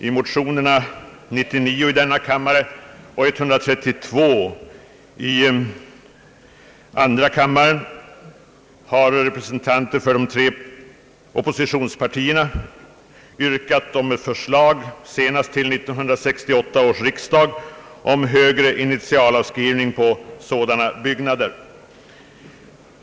I motionerna 1:99 och II:132 har representanter för de tre oppositionspartierna begärt ett förslag senast till 1968 års riksdag om högre initialavskrivning på sådana byggnader.